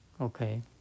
Okay